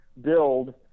build